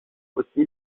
aussi